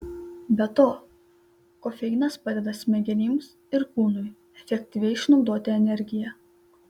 be to kofeinas padeda smegenims ir kūnui efektyviai išnaudoti energiją